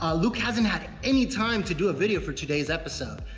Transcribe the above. ah luke hasn't had any time to do a video for today's episode.